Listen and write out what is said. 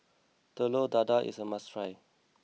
Telur Dadah is a must try